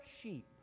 sheep